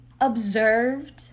observed